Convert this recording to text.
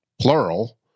plural